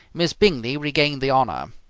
miss bingley regained the honour.